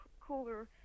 cooler